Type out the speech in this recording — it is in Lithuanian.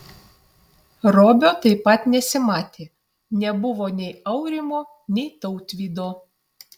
robio taip pat nesimatė nebuvo nei aurimo nei tautvydo